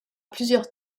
plusieurs